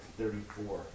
thirty-four